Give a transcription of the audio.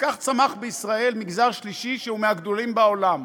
וכך צמח בישראל מגזר שלישי שהוא מהגדולים בעולם.